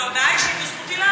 זאת הודעה אישית, וזכותי לענות.